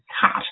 cut